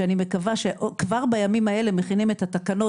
שאני מקווה שכבר בימים האלה מכינים את התקנות